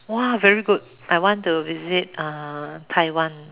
!wah! very good I want to visit uh Taiwan